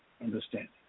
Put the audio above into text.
understanding